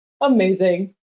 Amazing